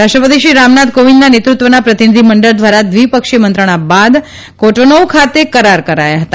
રાષ્ટ્રપતિશ્રી રામનાથ કોવિંદના નેતૃત્વના પ્રતિભિધિમંડળ દ્વારા દ્વિપક્ષી મંત્રણા બાદ કોટોનોઉ ખાતે કરાર કરાયા હતા